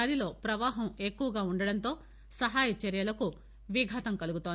నది లో ప్రవాహం ఎక్కువగా ఉండటంతో సహాయ చర్యలకు విఘాతం కలుగుతోంది